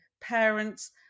parents